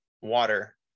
water